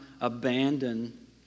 abandon